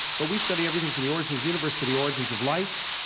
but we study everything from the origins of the universe to the origins of life.